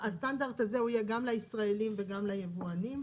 יהיה גם לישראלים וגם ליבואנים,